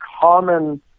common